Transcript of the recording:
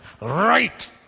right